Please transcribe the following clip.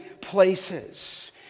places